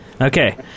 Okay